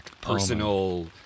Personal